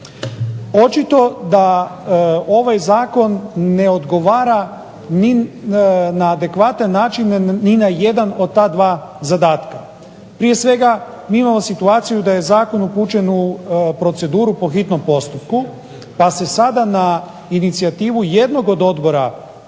Očito da ovaj zakon ne odgovara na adekvatan način ni na jedan od ta dva zadatka. Prije svega mi imamo situaciju da je zakon upućen u proceduru po hitnom postupku, pa se sada na inicijativu jednog od odbora